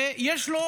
ויש לו